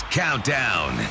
countdown